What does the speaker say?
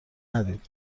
ندید